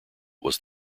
was